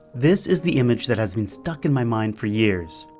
this is the image that has been stuck in my mind for years.